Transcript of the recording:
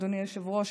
אדוני היושב-ראש,